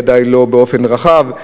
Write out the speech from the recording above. ודאי לא באופן רחב.